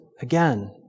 again